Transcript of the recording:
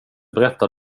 berätta